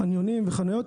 חניונים וחנויות.